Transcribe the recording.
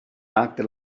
acted